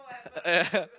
uh yeah